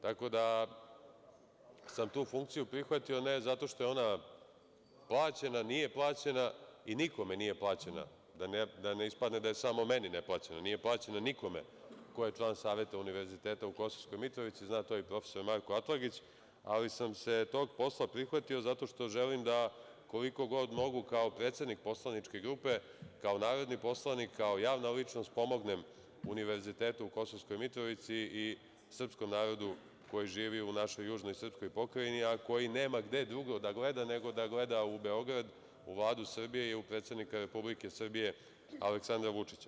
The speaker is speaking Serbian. Tu sam funkciju prihvatio, ne zato što je ona plaćena, nije plaćena, nikome nije plaćena, da ne ispadne da je samo meni neplaćena, nije plaćena nikome ko je član Saveta Univerziteta u Kosovskoj Mitrovici, zna to i profesor Marko Atlagić, ali sam se tog posla prihvatio zato što želim, koliko god mogu, kao predsednik poslaničke grupe, kao narodni poslanik, kao javna ličnost, da pomognem Univerzitetu u Kosovskoj Mitrovici i srpskom narodu koji živi u našoj južnoj srpskoj pokrajini, a koji nema gde drugo da gleda, nego da gleda u Beograd, u Vladu Srbije i u predsednika Republike Srbije Aleksandra Vučića.